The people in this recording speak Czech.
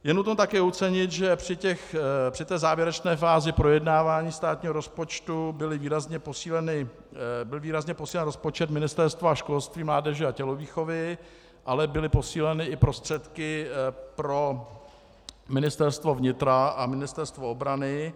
Je nutno také ocenit, že při té závěrečné fázi projednávání státního rozpočtu byl výrazně posílen rozpočet Ministerstva školství, mládeže a tělovýchovy, ale byly posíleny i prostředky pro Ministerstvo vnitra a Ministerstvo obrany.